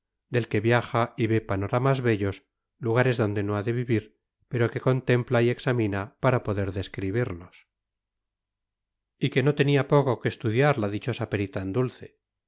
del que viaja y ve panoramas bellos lugares donde no ha de vivir pero que contempla y examina para poder describirlos y que no tenía poco que estudiar la dichosa perita en dulce